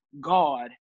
God